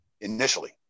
initially